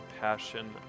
passion